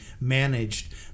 managed